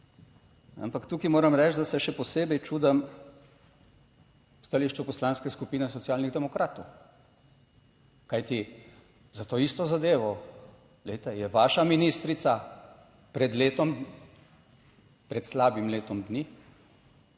ampak tukaj moram reči, da se še posebej čudim stališču Poslanske skupine Socialnih demokratov. Kajti za to isto zadevo, glejte, je vaša ministrica pred letom, pred slabim letom dni